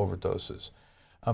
overdoses